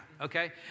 okay